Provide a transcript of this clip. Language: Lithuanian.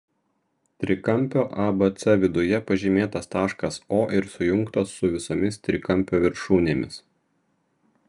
trikampio abc viduje pažymėtas taškas o ir sujungtas su visomis trikampio viršūnėmis